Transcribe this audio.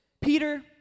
Peter